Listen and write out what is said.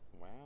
Wow